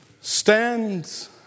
stands